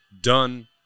done